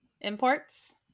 Imports